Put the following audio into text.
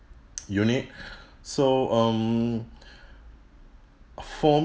unit so um for